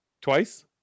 Twice